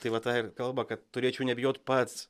tai va tą ir kalba kad turėčiau nebijot pats